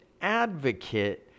advocate